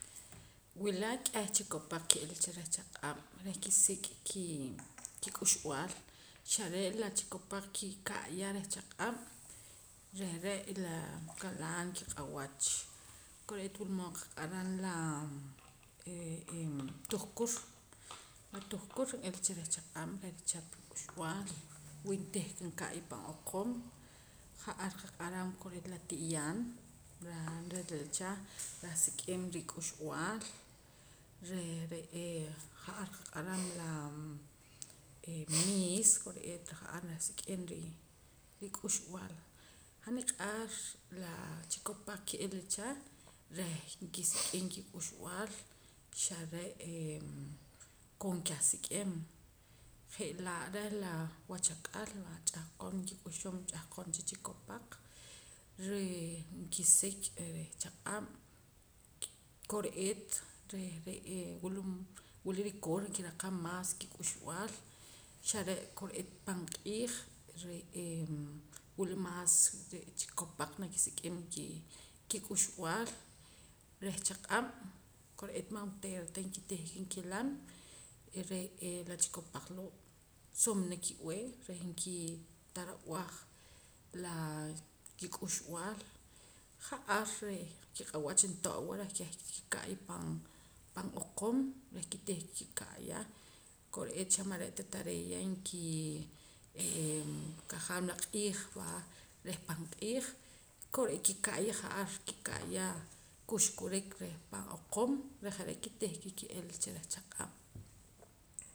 Wila k'eh chikopaq ki'ilacha reh chaq'ab' reh kisik' kii kik'uxb'aal xa re' la chikopaq kika'ya reh chaq'ab' re' re' la walaan kiq'awach kore'eet wula mood qaq'aram laa re'ee tuhkur la tuhkur n'ila cha reh chaq'ab' reh kichaq rik'uxb'aal wii ntihka nka'ya pan oqum ja'ar qaq'aram kore'eet la ti'yaan reh rah rilii cha rah sik'im rik'uxb'aal reh re'ee ja'ar qaq'aram laa miis kore'eet ja'ar rah sik'im rik'uxb'aal han niq'ar la chikopaq ki'ilacha reh nkisik'im kik'uxb'aal xaa re'ee koon kah sik'im je'laa reh la wach ak'al va ch'ahqom nkik'uxum ch'ahqon cha chikopaq reh nkisik' reh chaq'ab' kore'eet reh re'ee wula wila rukoor reh nkiraqam maas kik'uxb'aal xa re' kore'eet pan q'iij re'ee wula maas re' chikopaq nakisik'im kii kik'uxb'aal reh chaq'ab' kore'eet man onteera ta nkitih ka kilam re'ee la chikopaq loo' sumana ki'b'ee reh nkitarab'aj laa kik'uxb'aal ja'ar reh kiq'awach nto'wa reh keh ki'ka'ya reh pan pan oqum reh ki'tih ka ki'ka'ya kore'eet xamare' ta tareeya nkii ee kajaam la q'iij va reh panq'iij kore'eet ki'ka'ya ja'ar ki'ka'ya kuxkurik reh pan oqum reh je're kitih ka ki'ila cha reh chaq'ab'